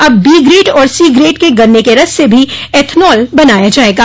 अब B grade और C grade के गन्ने के रस से भी एथनाल बनाया जाएगा